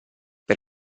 per